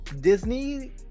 disney